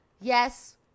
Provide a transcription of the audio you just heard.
yes